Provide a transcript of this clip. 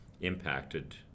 impacted